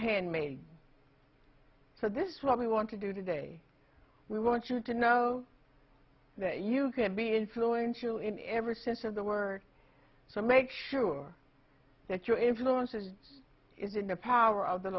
hand made so this what we want to do today we want you to know that you can be influential in every sense of the word so make sure that your influences is in a power of th